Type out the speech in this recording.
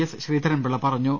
S Sreedharan Pillai പറഞ്ഞു